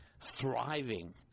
thriving